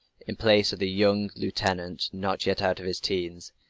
in place of the young lieutenant not yet out of his teens,